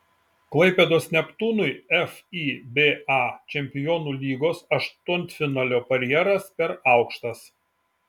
klaipėdos neptūnui fiba čempionų lygos aštuntfinalio barjeras per aukštas